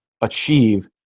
achieve